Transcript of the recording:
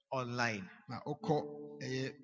online